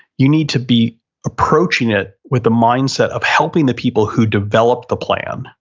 you need to be approaching it with the mindset of helping the people who develop the plan.